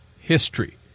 history